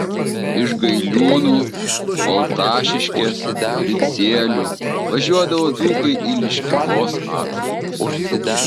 iš gailiūnų baltašiškės ricielių važiuodavo dzūkai į liškiavos atlaidus